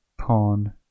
Pawn